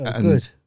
Good